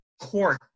court